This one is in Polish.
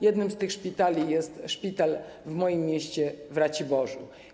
Jednym z tych szpitali jest szpital w moim mieście, Raciborzu.